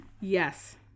yes